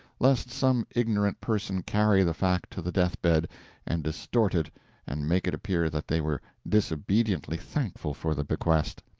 lest some ignorant person carry the fact to the death-bed and distort it and make it appear that they were disobediently thankful for the bequest,